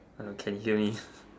hello can you hear me